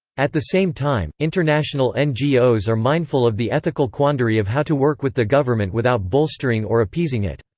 at the same time, international ngos are mindful of the ethical quandary of how to work with the government without bolstering or appeasing it.